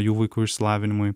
jų vaikų išsilavinimui